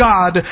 God